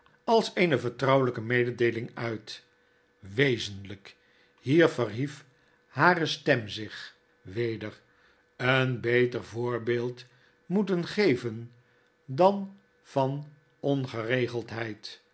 als eene vertrouwelpe mededeeling uit wezenliik hier verhief hare stem zich weder een beter voorbeeld moeten geven dan van ongeregeldheid